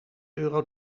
euro